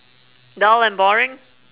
dull and boring